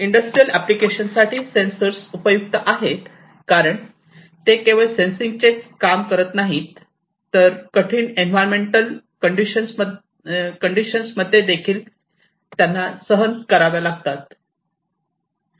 industrial applications साठी sensor उपयुक्त आहेत कारण ते केवळ सेंसिंग चे काम काम करत नाहीत तर कठीण एन्व्हायरमेंटल कंडिशन्स मध्ये देखील सहन कराव्या लागतात